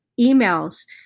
emails